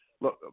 look